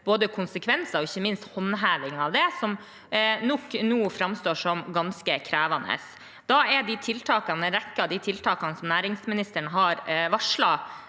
både konsekvenser og ikke minst håndheving av det som nå nok framstår som ganske krevende. Da er en rekke av de tiltakene som næringsministeren har varslet,